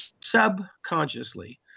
subconsciously